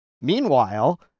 Meanwhile